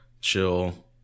Chill